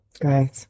Great